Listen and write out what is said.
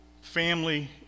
family